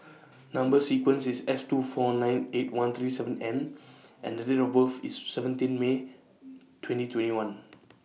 Number sequence IS S two four nine eight one three seven N and Date of birth IS seventeen May twenty twenty one